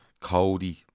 Cody